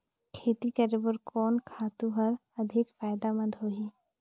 खेती करे बर कोन खातु हर अधिक फायदामंद होही?